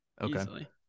Okay